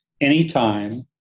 anytime